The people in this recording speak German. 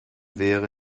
wäre